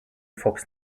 fox